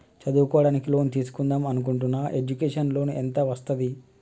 చదువుకోవడానికి లోన్ తీస్కుందాం అనుకుంటున్నా ఎడ్యుకేషన్ లోన్ ఎంత వస్తది?